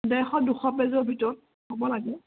ডেৰশ দুশ পেজৰ ভিতৰত হ'ব লাগে